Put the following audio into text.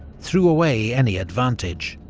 threw away any advantage.